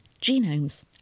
genomes